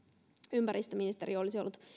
ympäristöministeri olisi ollut